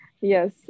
Yes